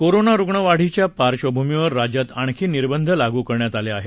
corona रुग्ण वाढीच्या पार्श्वभूमीवर राज्यात आणखी निर्बंध लागू करण्यात आले आहेत